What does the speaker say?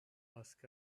ask